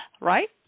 right